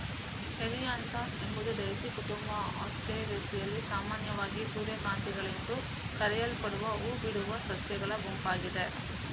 Helianthus ಎಂಬುದು daisy ಕುಟುಂಬ ಆಸ್ಟರೇಸಿಯಲ್ಲಿ ಸಾಮಾನ್ಯವಾಗಿ ಸೂರ್ಯಕಾಂತಿಗಳೆಂದು ಕರೆಯಲ್ಪಡುವ ಹೂ ಬಿಡುವ ಸಸ್ಯಗಳ ಗುಂಪಾಗಿದೆ